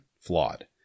flawed